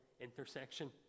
intersection